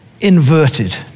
inverted